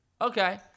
Okay